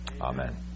Amen